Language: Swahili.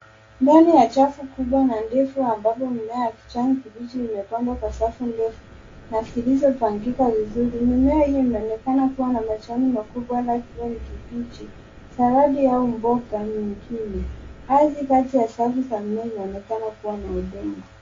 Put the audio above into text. Mbele ya chafu kubwa na ndefu ambapo mimea ya kijani kibichi imepangwa kwa safu ndefu na zilizopangika vizuri. Mimea hiyo inaonekana kuwa na majani makubwa nayo pia ni kibichi sawadi au mboga zingine. Ardhi kati ya safu za mboga inaonekana kuwa na udongo.